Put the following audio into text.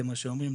כמו שאומרים,